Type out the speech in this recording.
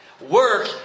Work